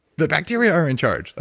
the bacteria are in charge? like